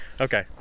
Okay